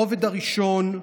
הרובד הראשון: